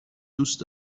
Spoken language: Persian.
دوست